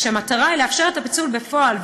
כי המטרה היא לאפשר את הפיצול בפועל,